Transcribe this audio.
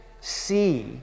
see